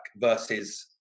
versus